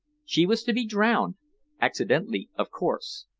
she was to be drowned accidentally, of course.